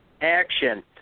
action